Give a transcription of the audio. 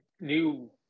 new